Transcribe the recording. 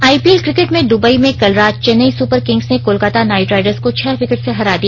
IPL cricket में Dubai में कल रात चेन्नई सुपर किंग्स ने कोलकाता नाईट राइडर्स को छह विकेट से हरा दिया